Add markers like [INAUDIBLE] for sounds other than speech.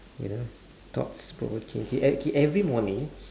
wait uh thoughts provoking [NOISE] okay every morning